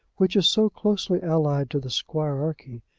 which is so closely allied to the squirearchy,